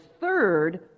third